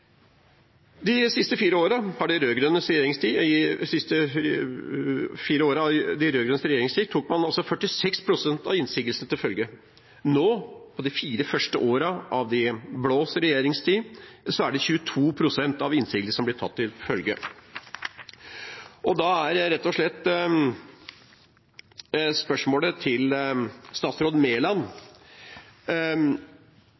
De siste fire årene av de rød-grønnes regjeringstid tok man 46 pst. av innsigelsene til følge. Nå, i de fire første årene av de blås regjeringstid, er det 22 pst. av innsigelsene som blir tatt til følge. Da er rett og slett spørsmålet til statsråd